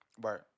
right